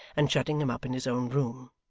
and shutting him up in his own room.